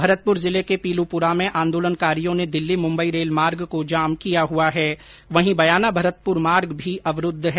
भरतपुर जिले के पीलूपुरा में आंदोलनकारियों ने दिल्ली मुम्बई रेल मार्ग को जाम किया हुआ है वहीं बयाना भरतपुर मार्ग भी अवरूद्व है